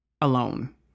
alone